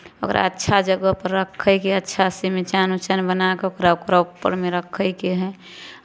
ओकरा अच्छा जगहपर रखयके हइ अच्छासँ मचान उचान बना कऽ ओकरा ओकर ऊपरमे रखयके हइ